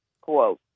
quote